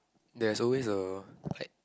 there's always a white